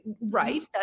Right